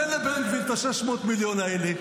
תן לבן גביר את ה-600 מיליון האלה,